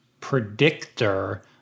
predictor